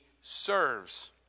serves